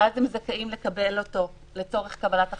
ואז הם זכאים לקבל אותו לצורך קבלת החלטה.